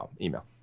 email